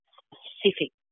specific